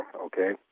okay